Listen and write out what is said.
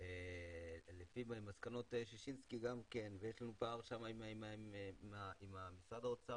על מסקנות ששינסקי ושיש פער עם משרד האוצר